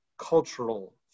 cultural